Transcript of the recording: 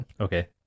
Okay